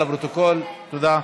תודה.